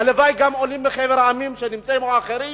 הלוואי שגם עולים מחבר המדינות או אחרים,